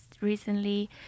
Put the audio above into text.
recently